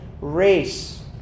race